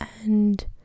and-